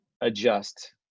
adjust